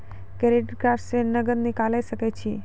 Credit card से नगद निकाल सके छी?